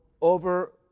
over